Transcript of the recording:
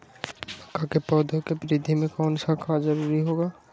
मक्का के पौधा के वृद्धि में कौन सा खाद जरूरी होगा?